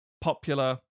popular